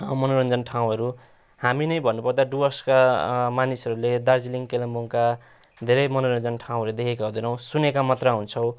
मनोरन्जन ठाउँहरू हामी नै भन्नु पर्दा डुअर्सका मानिसहरूले दार्जिलिङ कालेबुङका धेरै मनोरन्जन ठाउँहरू देखेका हुँदैनौँ सुनेका मात्र हुन्छौँ